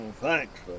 thanks